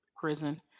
prison